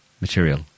material